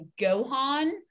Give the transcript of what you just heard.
Gohan